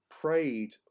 prayed